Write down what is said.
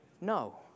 No